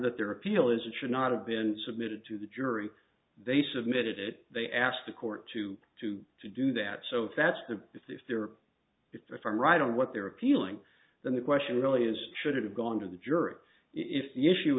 that their appeal is it should not have been submitted to the jury they submitted it they asked the court to to to do that so that's to see if there if i'm right on what they're appealing then the question really is should it have gone to the jury if the issue